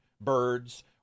birds